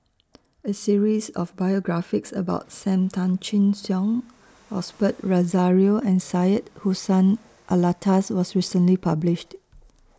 A series of biographies about SAM Tan Chin Siong Osbert Rozario and Syed Hussein Alatas was recently published